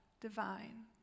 divine